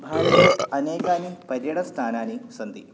भारते अनेकानि पर्यटनस्थानानि सन्ति